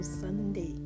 Sunday